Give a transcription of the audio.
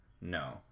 No